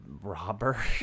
robber